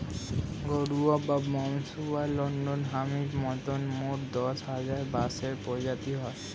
গাডুয়া, বাম্বুষা ওল্ড হামির মতন মোট দশ হাজার বাঁশের প্রজাতি হয়